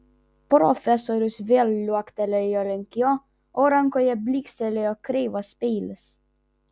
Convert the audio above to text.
profesorius vėl liuoktelėjo link jo o rankoje blykstelėjo kreivas peilis